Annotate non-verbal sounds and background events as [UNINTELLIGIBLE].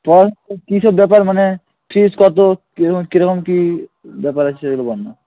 চল কী সব ব্যাপার মানে ফিজ কত কী রকম কী রকম কী ব্যাপার আছে [UNINTELLIGIBLE]